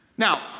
Now